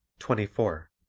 twenty four.